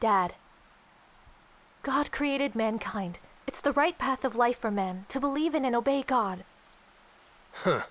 dad god created mankind it's the right path of life for men to believe in and obey god h